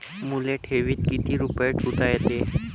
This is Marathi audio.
मले ठेवीत किती रुपये ठुता येते?